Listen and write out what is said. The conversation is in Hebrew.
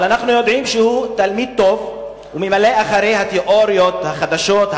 אבל אנחנו יודעים שהוא תלמיד טוב וממלא אחרי התיאוריות החדשות,